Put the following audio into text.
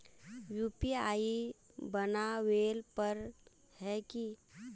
UPI बनावेल पर है की?